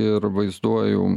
ir vaizduoju